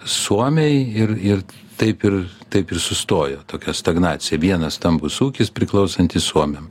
suomiai ir ir taip ir taip ir sustojo tokia stagnacija vienas stambus ūkis priklausantis suomiam